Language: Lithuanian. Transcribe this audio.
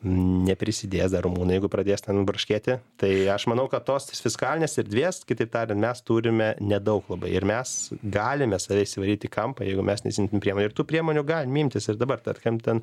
neprisidės dar romunai jeigu pradės ten barškėti tai aš manau kad tos fiskalinės erdvės kitaip tariant mes turime nedaug labai ir mes galime save įsivaryti į kampą jeigu mes nesimim priev ir tų priemonių gaim imtis ir dabar tad kam ten